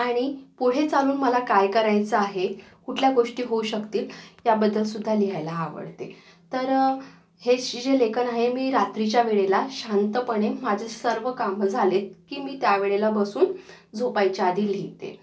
आणि पुढे चालून मला काय करायचं आहे कुठल्या गोष्टी होऊ शकतील याबद्दल सुद्धा लिहायला आवडते तर हे शी जे लेखन आहे मी रात्रीच्या वेळेला शांतपणे माझी सर्व कामं झालेत की मी त्यावेळेला बसून झोपायच्या आधी लिहिते